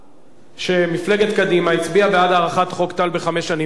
שמפלגת קדימה הצביעה בעד הארכת חוק טל בחמש שנים ב-2007.